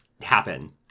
happen